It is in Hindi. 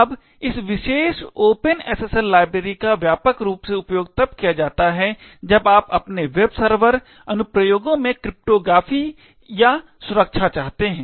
अब इस विशेष ओपन SSL लाइब्रेरी का व्यापक रूप से उपयोग तब किया जाता है जब आप अपने वेब सर्वर अनुप्रयोगों में क्रिप्टोग्राफी या सुरक्षा चाहते हैं